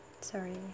Sorry